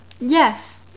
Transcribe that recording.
yes